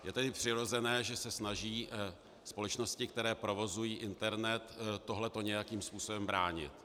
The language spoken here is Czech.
Je tedy přirozené, že se snaží společnosti, které provozují internet, tohle to nějakým způsobem bránit.